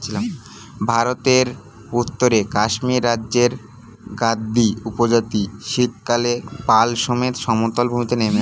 ভারতের উত্তরে কাশ্মীর রাজ্যের গাদ্দী উপজাতি শীতকালে পাল সমেত সমতল ভূমিতে নেমে আসে